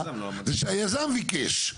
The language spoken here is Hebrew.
זה שהיזם ביקש,